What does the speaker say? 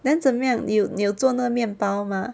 then 怎么样你有做那个面包吗